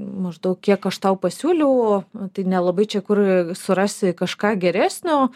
maždaug kiek aš tau pasiūliau tai nelabai čia kur surasi kažką geresnio